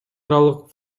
аралык